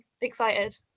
excited